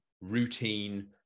routine